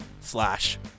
slash